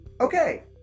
okay